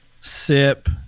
sip